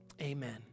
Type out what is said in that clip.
Amen